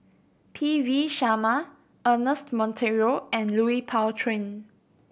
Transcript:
P V Sharma Ernest Monteiro and Lui Pao Chuen